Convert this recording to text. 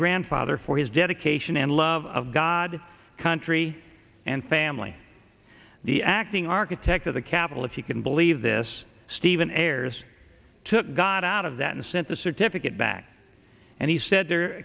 grandfather for his dedication and love of god country and family the acting architect of the capitol if you can believe this stephen ayers took god out of that and sent the certificate back and he said there